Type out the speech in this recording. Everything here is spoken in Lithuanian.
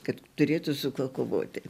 kad turėtų su kuo kovoti